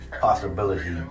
possibility